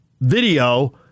video